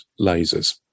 lasers